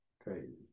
Crazy